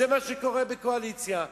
זה מה שקורה בקואליציה.